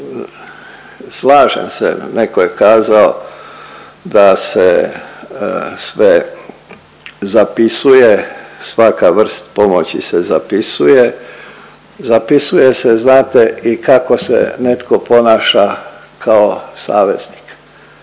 slažem se, neko je kazao da se sve zapisuje, svaka vrst pomoći se zapisuje, zapisuje se znate i kako se netko ponaša kao saveznik.